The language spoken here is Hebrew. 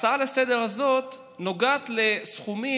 ההצעה לסדר-היום הזאת נוגעת לסכומים